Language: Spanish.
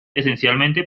esencialmente